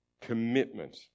commitment